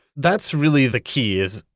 that's really the key is,